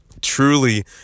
truly